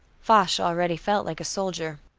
foch already felt like a soldier.